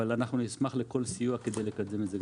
אבל אנחנו נשמח לכל סיוע כדי לקדם את זה.